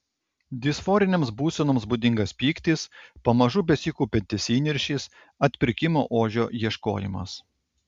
disforinėms būsenoms būdingas pyktis pamažu besikaupiantis įniršis atpirkimo ožio ieškojimas